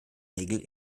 regel